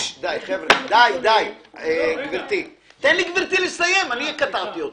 תן לגברתי לסיים, אני קטעתי אותה.